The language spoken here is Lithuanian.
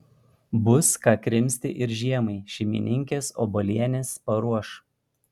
bus ką krimsti ir žiemai šeimininkės obuolienės paruoš